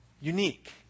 unique